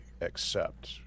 accept